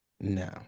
No